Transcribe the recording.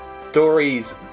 stories